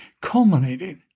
culminating